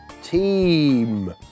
Team